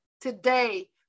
today